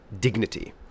dignity